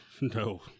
no